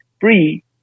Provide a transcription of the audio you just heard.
free